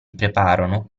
preparano